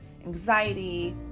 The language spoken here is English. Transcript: anxiety